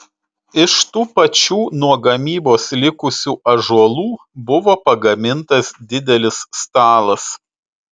iš tų pačių nuo gamybos likusių ąžuolų buvo pagamintas didelis stalas